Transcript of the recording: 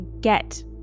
get